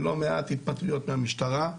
ולא מעט התפטרויות מהמשטרה.